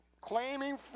claiming